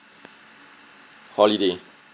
holiday